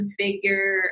configure